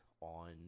on